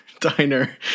diner